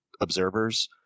observers